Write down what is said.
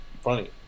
funny